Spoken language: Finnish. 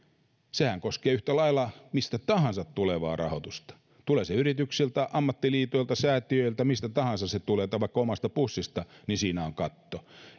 sehän koskee yhtä lailla mistä tahansa tulevaa rahoitusta tulee se yrityksiltä ammattiliitoilta säätiöiltä mistä tahansa se tulee vaikka omasta pussista niin siinä on katto